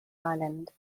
ireland